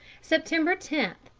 september ten,